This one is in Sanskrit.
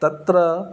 तत्र